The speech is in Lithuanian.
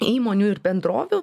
įmonių ir bendrovių